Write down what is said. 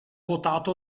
votato